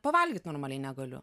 pavalgyt normaliai negaliu